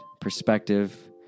perspective